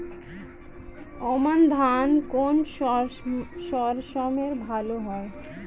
আমন ধান কোন মরশুমে ভাল হয়?